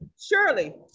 surely